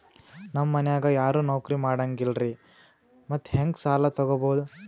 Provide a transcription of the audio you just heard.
ನಮ್ ಮನ್ಯಾಗ ಯಾರೂ ನೌಕ್ರಿ ಮಾಡಂಗಿಲ್ಲ್ರಿ ಮತ್ತೆಹೆಂಗ ಸಾಲಾ ತೊಗೊಬೌದು?